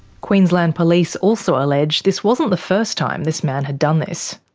queensland police also allege this wasn't the first time this man had done this.